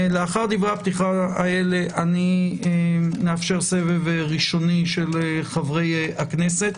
לאחר דברי הפתיחה הללו אאפשר סבב ראשוני של חברי הכנסת.